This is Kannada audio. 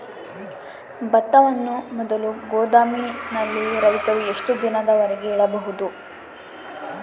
ಭತ್ತವನ್ನು ಮೊದಲು ಗೋದಾಮಿನಲ್ಲಿ ರೈತರು ಎಷ್ಟು ದಿನದವರೆಗೆ ಇಡಬಹುದು?